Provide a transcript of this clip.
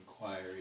inquiry